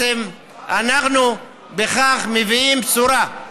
אנחנו מביאים בכך בשורה: